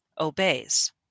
obeys